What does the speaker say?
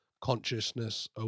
consciousness